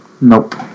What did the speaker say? Nope